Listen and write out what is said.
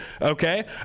Okay